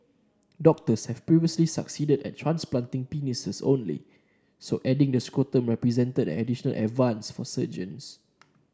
doctors have previously succeeded at transplanting penises only so adding the scrotum represented an additional advance for surgeons